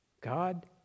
God